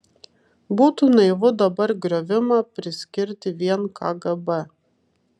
būtų naivu dabar griovimą priskirti vien kgb